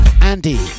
Andy